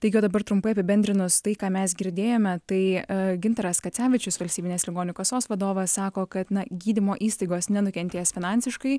taigi dabar trumpai apibendrinus tai ką mes girdėjome tai gintaras kacevičius valstybinės ligonių kasos vadovas sako kad na gydymo įstaigos nenukentės finansiškai